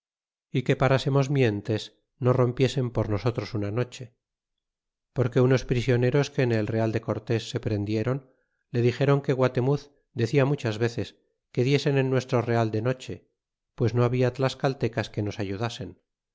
y que parasemos mientes no rompiesen por nosotros una noche porque unos prisioneros que en el real de cortés se prendieron le dixeron que guatemuz decia muchas veces que diesen en nuestro real de noche pues no habia tlascalteras que nos ayudasen